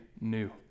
new